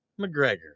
mcgregor